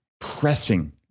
pressing